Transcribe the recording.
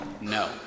No